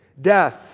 death